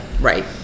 Right